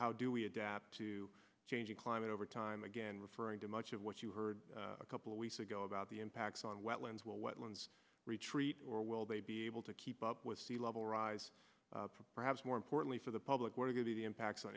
how do we adapt to changing climate over time again referring to much of what you heard a couple of weeks ago about the impacts on wetlands well what lands retreat or will they be able to keep up with sea level rise perhaps more importantly for the public what are the impacts on